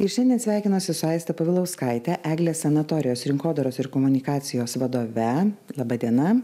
ir šiandien sveikinuosi su aiste povilauskaite eglės sanatorijos rinkodaros ir komunikacijos vadove laba diena